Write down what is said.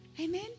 Amen